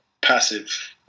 passive